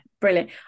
brilliant